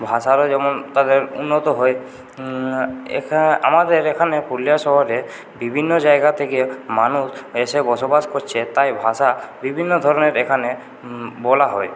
ভাষারও যেমন তাদের উন্নত হয় আমাদের এখানে পুরুলিয়া শহরে বিভিন্ন জায়গা থেকে মানুষ এসে বসবাস করছে তাই ভাষা বিভিন্ন ধরনের এখানে বলা হয়